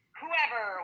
whoever